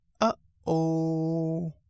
Uh-oh